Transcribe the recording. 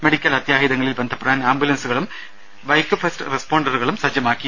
medical അത്യാഹിതങ്ങളിൽ ബന്ധപ്പെടാൻ ആംബുലൻസുകളും ബൈക്ക് ഫസ്റ്റ് റെസ്പോണ്ടറുകളും സജ്ജമാക്കി